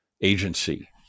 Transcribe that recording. agency